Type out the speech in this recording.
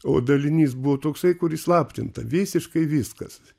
o dalinys buvo toksai kur įslaptinta visiškai viskas